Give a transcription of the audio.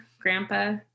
grandpa